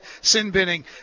sin-binning